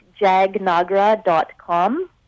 jagnagra.com